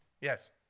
Yes